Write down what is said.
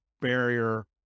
barrier